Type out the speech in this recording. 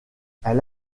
elle